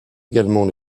également